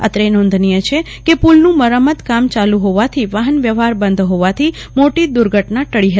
અત્રે નોંધનીય છે કે પુલનું મરંમત કામ ચાલુ હોવાથી વાહન વ્યવહાર બંધ હોવાથી મોટી દુર્ઘટના ટળી હતી